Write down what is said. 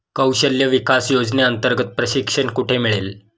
कौशल्य विकास योजनेअंतर्गत प्रशिक्षण कुठे मिळेल?